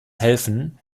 helfen